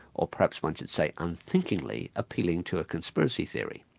or perhaps one should say unthinkingly appealing to a conspiracy theory.